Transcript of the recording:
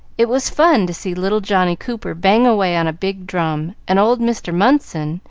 it was fun to see little johnny cooper bang away on a big drum, and old mr. munson,